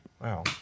Wow